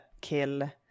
kill